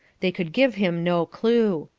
they could give him no clue.